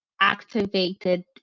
activated